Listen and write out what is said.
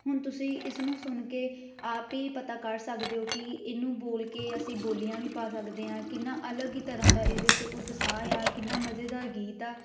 ਹੁਣ ਤੁਸੀਂ ਇਸ ਨੂੰ ਸੁਣ ਕੇ ਆਪ ਹੀ ਪਤਾ ਕਰ ਸਕਦੇ ਹੋ ਕਿ ਇਹਨੂੰ ਬੋਲ ਕੇ ਅਸੀਂ ਬੋਲੀਆਂ ਵੀ ਪਾ ਸਕਦੇ ਹਾਂ ਕਿੰਨਾ ਅਲੱਗ ਹੀ ਤਰ੍ਹਾਂ ਦਾ ਇਹਦੇ 'ਚ ਉਤਸ਼ਾਹ ਆ ਕਿੰਨਾ ਮਜ਼ੇਦਾਰ ਗੀਤ ਆ